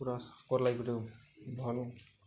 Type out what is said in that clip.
ପୁରା ସବ୍କର୍ ଲାଗି ଗୁଟେ ଭଲ୍